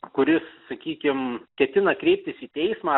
kuris sakykim ketina kreiptis į teismą